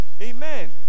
Amen